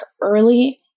early